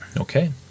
Okay